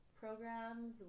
programs